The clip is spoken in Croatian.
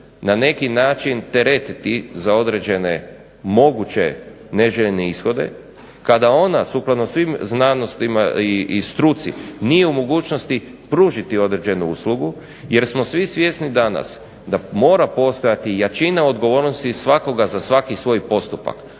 na neki način teretiti za određene moguće neželjene ishode, kada ona sukladno svim znanostima i struci nije u mogućnosti pružiti određenu uslugu, jer smo svi svjesni danas da mora postojati jačina odgovornosti svakoga za svaki svoj postupak,